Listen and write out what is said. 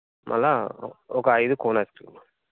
మళ్ళీ ఒక ఐదు కోన్ ఐస్క్రీమ్లు